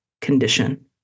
condition